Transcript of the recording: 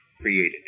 created